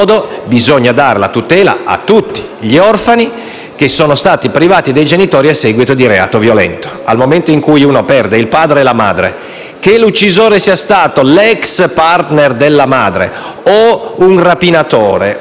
che l'uccisore sia stato l'ex *partner* della madre o un rapinatore o un terrorista, davvero non riusciamo a percepirne la differenza, ed è davvero difficile sostenerla.